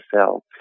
cell